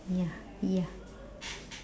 ya ya